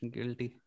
Guilty